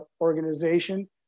organization